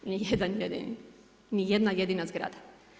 Ni jedan jedini, ni jedna jedina zgrada.